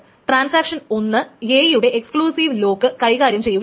transaction ഒന്ന് A യുടെ exclusive lock കൈകാര്യം ചെയ്യുകയാണ്